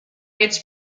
its